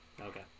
Okay